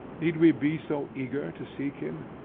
need we be so eager to seek him?